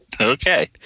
Okay